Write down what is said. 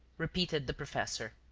repeated the professor.